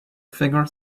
figure